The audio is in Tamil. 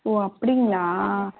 ஓ அப்படிங்களா